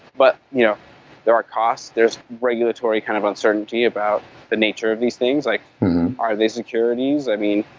but you know there are cost, there is regulatory kind of uncertainty about the nature of these things. like are they securities? i mean,